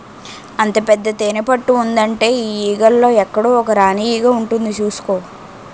అంత పెద్ద తేనెపట్టు ఉందంటే ఆ ఈగల్లో ఎక్కడో ఒక రాణీ ఈగ ఉంటుంది చూసుకో